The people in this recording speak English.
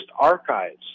archives